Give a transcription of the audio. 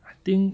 I think